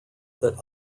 that